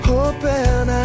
Hoping